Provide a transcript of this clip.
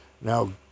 Now